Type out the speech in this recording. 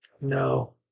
No